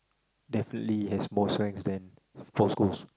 definitely has more strengths than Paul-Coles